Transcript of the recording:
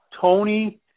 Tony